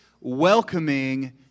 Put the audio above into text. welcoming